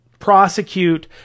prosecute